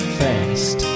fast